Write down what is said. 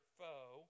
foe